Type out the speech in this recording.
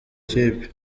kipe